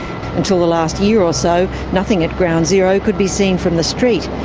until the last year or so, nothing at ground zero could be seen from the street,